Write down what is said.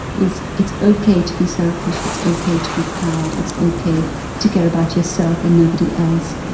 is it's okay to be selfish, it's okay to be hard, it's okay to care about yourself and nobody else,